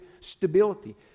stability